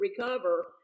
recover